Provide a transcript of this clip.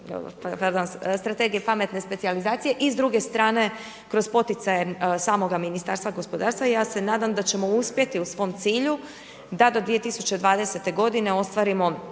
Strategije pametne specijalizacije i s druge strane kroz poticaje samoga Ministarstva gospodarstva ja se nadam da ćemo uspjeti u svom cilju da do 2020. godine ostvarimo